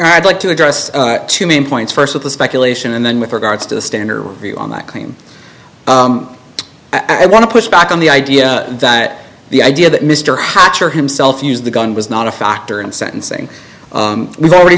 i'd like to address two main points st with the speculation and then with regards to the standard view on that claim i want to push back on the idea that the idea that mr hotter himself used the gun was not a factor in sentencing we've already